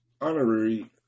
honorary